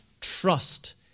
trust